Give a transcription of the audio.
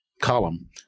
column